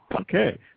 Okay